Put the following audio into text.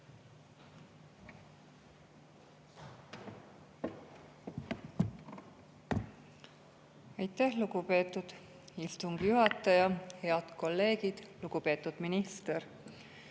Aitäh, lugupeetud istungi juhataja! Head kolleegid! Lugupeetud minister!